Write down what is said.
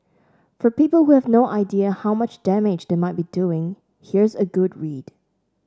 for people who have no idea how much damage they might be doing here's a good read